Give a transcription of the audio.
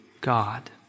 God